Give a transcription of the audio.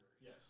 Yes